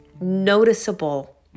noticeable